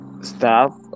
staff